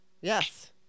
Yes